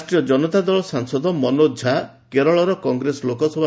ରାଷ୍ଟ୍ରିୟ ଚ୍ଚନତା ଦଳ ସାଂସଦ ମନୋଚ୍ଚ ଝା କେରଳର କଂଗ୍ରେସ ଲୋକସଭ